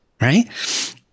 Right